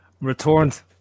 Returned